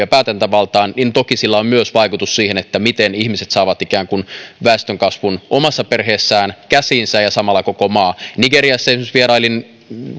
ja päätäntävaltaan toki sillä on myös vaikutus siihen miten ihmiset ikään kuin saavat väestönkasvun omassa perheessään käsiinsä ja samalla koko maa esimerkiksi nigeriassa vierailin